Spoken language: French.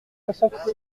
soixante